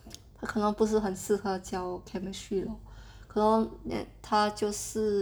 他可能不是很适合教 chemistry lor 可能他就是